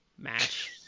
match